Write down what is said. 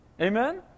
Amen